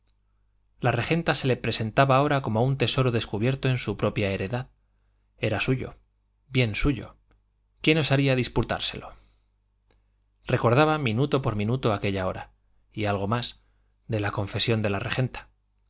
la regenta se le presentaba ahora como un tesoro descubierto en su propia heredad era suyo bien suyo quién osaría disputárselo recordaba minuto por minuto aquella hora y algo más de la confesión de la regenta